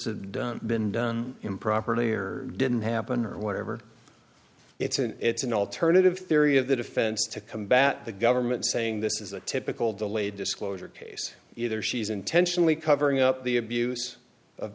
had been done improperly or didn't happen or whatever it's an it's an alternative theory of the defense to combat the government saying this is a typical delay disclosure case either she's intentionally covering up the abuse